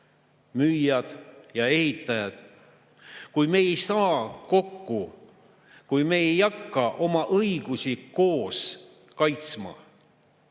müüjad ja ehitajad –, kui me ei saa kokku, kui me ei hakka oma õigusi koos kaitsma,